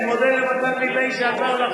ואני רוצה,